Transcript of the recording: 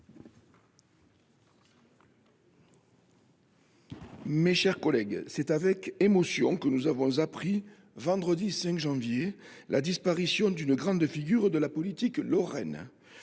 mes chers collègues, c’est avec émotion que nous avons appris, vendredi 5 janvier dernier, la disparition d’une grande figure de la politique lorraine.